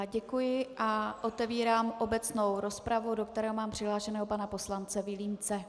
Děkuji a otevírám obecnou rozpravu, do které mám přihlášeného pana poslance Vilímce.